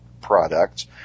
Products